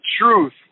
truth